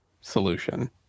solution